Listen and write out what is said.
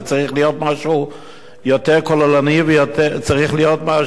זה צריך להיות משהו יותר ספציפי אם רוצים